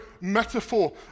metaphor